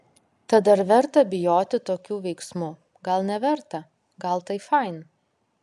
tad ar verta bijoti tokių veiksmų gal neverta gal tai fain